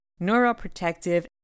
neuroprotective